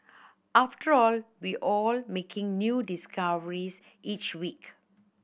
after all we all making new discoveries each week